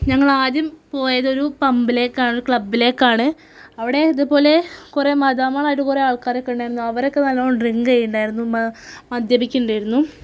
ഞങ്ങളാദ്യം പോയതൊരു പബ്ബിലേക്കാണ് ക്ലബിലെക്കാണ് അവിടെ ഇതുപോലെ കുറേ മതാമമാർ പോലെ കുറേ ആള്ക്കാർ ഉണ്ടായിരുന്നു അവരൊക്കെ നല്ലവണ്ണം ഡ്രിങ്ക് ചെയ്യുന്നുണ്ടായിരുന്നു മദ്യപിക്കുന്നുണ്ടായിരുന്നു